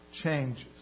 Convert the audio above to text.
changes